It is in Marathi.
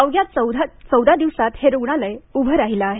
अवघ्या चौदा दिवसात हे रुग्णालय उभं राहीलं आहे